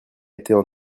étaient